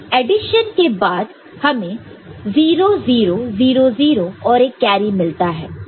addition के बाद हमें 0 0 0 0 और एक कैरी मिलता है